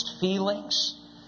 feelings